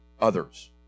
others